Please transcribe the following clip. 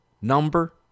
Number